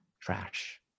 Trash